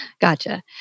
Gotcha